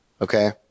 okay